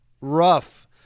rough